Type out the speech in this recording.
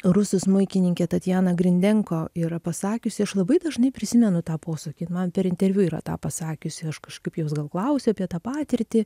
rusų smuikininkė tatjana grindenko yra pasakiusi aš labai dažnai prisimenu tą posakį man per interviu yra tą pasakiusi aš kažkaip jos klausiu apie tą patirtį